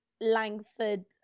Langford